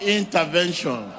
intervention